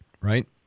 right